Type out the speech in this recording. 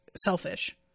selfish